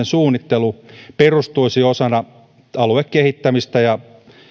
suunnittelu perustuisi osana aluekehittämisestä ja